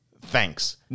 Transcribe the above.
thanks